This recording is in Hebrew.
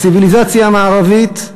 הציוויליזציה המערבית,